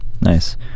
Nice